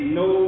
no